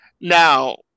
Now